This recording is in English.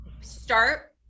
start